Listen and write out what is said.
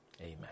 Amen